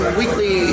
weekly